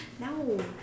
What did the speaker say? No